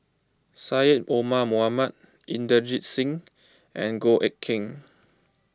Syed Omar Mohamed Inderjit Singh and Goh Eck Kheng